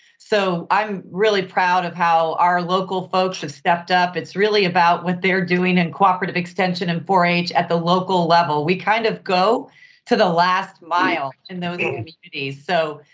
so, i'm really proud of how our local folks have stepped up, it's really about what they're doing in cooperative extension and four h at the local level. we kind of go to the last mile in those and and communities. so,